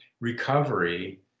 recovery